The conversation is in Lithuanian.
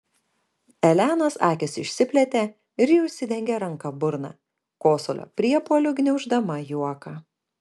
elenos akys išsiplėtė ir ji užsidengė ranka burną kosulio priepuoliu gniauždama juoką